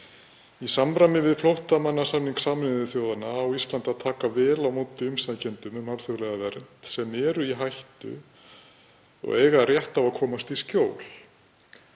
„Í samræmi við flóttamannasamning Sameinuðu þjóðanna á Ísland á að taka vel á móti umsækjendum um alþjóðlega vernd sem eru í hættu og eiga rétt á að komast í skjól.“